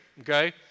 Okay